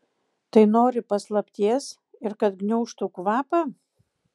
tai nori paslapties ir kad gniaužtų kvapą